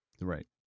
Right